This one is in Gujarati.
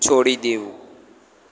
છોડી દેવું